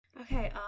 Okay